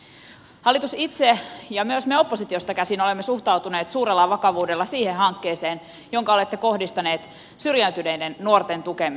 hallitus itse on ja myös me oppositiosta käsin olemme suhtautuneet suurella vakavuudella siihen hankkeeseen jonka olette kohdistaneet syrjäytyneiden nuorten tukemiseksi